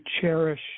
cherish